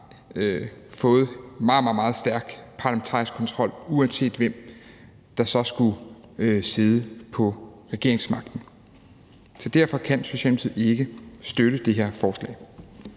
vi har fået en meget, meget stærk parlamentarisk kontrol, uanset hvem der så skulle sidde på regeringsmagten. Så derfor kan Socialdemokratiet ikke støtte det her forslag.